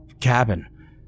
cabin